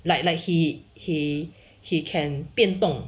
like like he he he can 变动